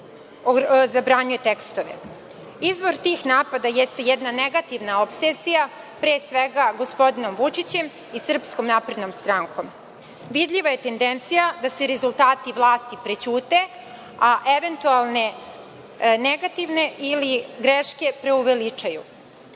zabranjuje tekstove. Izvor tih napada jeste jedna negativna opsesija, pre svega gospodinom Vučićem i SNS. Vidljiva je tendencija da se rezultati vlast prećute, a eventualne negativne ili greške preuveličaju.